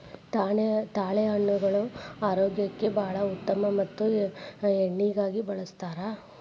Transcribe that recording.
ತಾಳೆಹಣ್ಣುಗಳು ಆರೋಗ್ಯಕ್ಕೆ ಬಾಳ ಉತ್ತಮ ಮತ್ತ ಎಣ್ಣಿಗಾಗಿ ಬಳ್ಸತಾರ